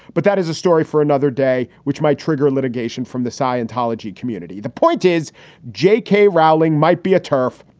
but that is a story for another day. which might trigger litigation from the scientology community. the point is j k. rowling might be a turf.